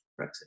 Brexit